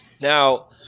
Now